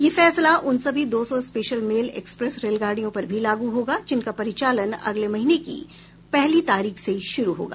यह फैसला उन सभी दो सौ स्पेशल मेल एक्सप्रेस रेलगाडियों पर भी लागू होगा जिनका परिचालन अगले महीने की पहली तारीख से शुरू होगा